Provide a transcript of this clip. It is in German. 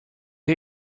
ihr